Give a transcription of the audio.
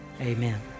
Amen